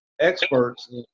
experts